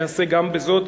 אני אעשה גם בזאת,